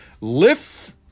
lift